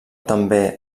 també